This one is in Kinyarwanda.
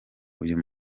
uyu